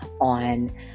on